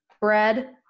bread